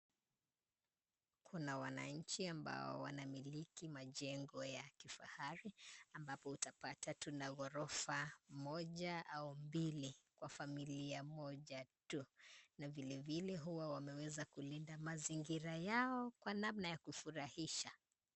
Kuna wananchi ambao wanamiliki majengo ya kifahari, ambapo utapata tuna ghorofa moja au mbili kwa familia moja tu na vilevile huwa wameweza kulinda mazingira yao kwa namna ya kufurahisha.